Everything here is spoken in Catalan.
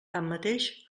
tanmateix